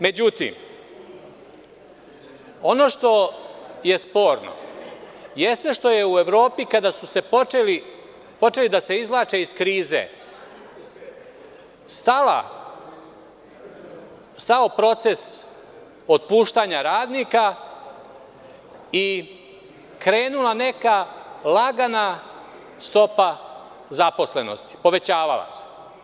Međutim, ono što je sporno jeste što je u Evropi, kada su počeli da se izvlače iz krize, stao proces otpuštanja radnika i krenula neka lagana stopa zaposlenosti, povećavala se.